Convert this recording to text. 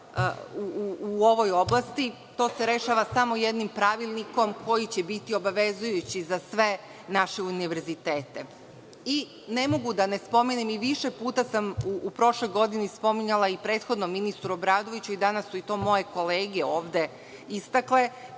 u ovoj oblasti. To se rešava samo jednim pravilnikom koji će biti obavezujući za sve naše univerzitete. Ne mogu da ne spomenem, a i više puta sam u prošloj godini spominjala i prethodnom ministru Obradoviću, a danas su i moje kolege to ovde istakle,